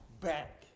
back